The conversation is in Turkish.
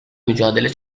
mücadele